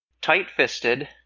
tight-fisted